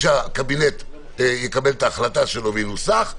כשהקבינט יקבל את ההחלטה שלו וזה ינוסח,